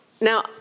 now